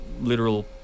literal